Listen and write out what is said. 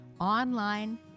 online